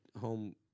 home